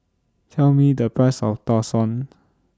Tell Me The Price of Tau Suan